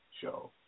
show